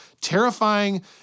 terrifying